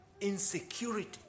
insecurity